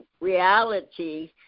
reality